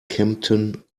kempten